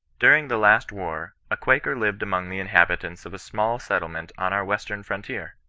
during the last war, a quaker lived among the inhabitants of a small settlement on our western frontier.